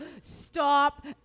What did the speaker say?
stop